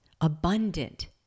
abundant